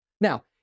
Now